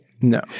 No